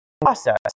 process